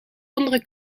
andere